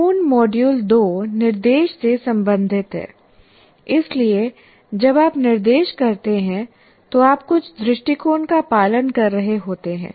संपूर्ण मॉड्यूल 2 निर्देश से संबंधित है इसलिए जब आप निर्देश करते हैं तो आप कुछ दृष्टिकोण का पालन कर रहे होते हैं